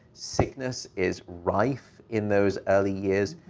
sickness is rife in those early years.